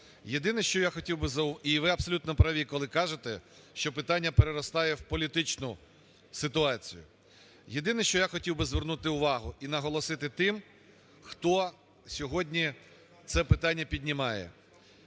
Єдине, що я хотів би звернути увагу і наголосити тим, хто сьогодні це питання піднімає.